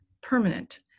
permanent